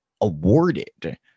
awarded